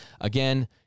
Again